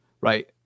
Right